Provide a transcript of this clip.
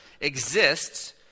exists